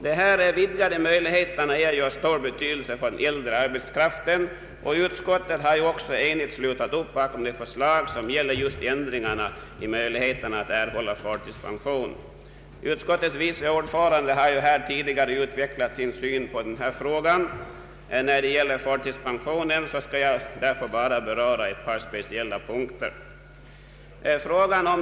Dessa vidgade möjligheter är ju av stor betydelse för den äldre arbetskraften. Utskottet har också enigt slutit upp bakom de förslag som gäller just ändringarna i möjligheterna att erhålla förtidspension. Utskottets vice ordförande har här tidigare utvecklat sin syn på denna fråga. När det gäller förtidspensionen skall jag bara beröra ett par speciella punkter.